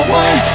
one